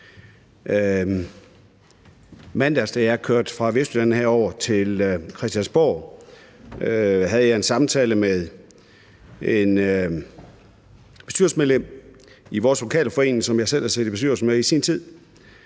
mandags kørte fra Vestjylland herover til Christiansborg, havde jeg en samtale med et bestyrelsesmedlem i vores lokale forening, som jeg selv har siddet i bestyrelse med i sin tid.